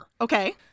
Okay